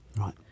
Right